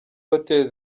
hotel